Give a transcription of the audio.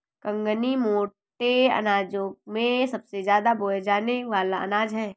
कंगनी मोटे अनाजों में सबसे ज्यादा बोया जाने वाला अनाज है